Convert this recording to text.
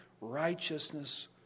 righteousness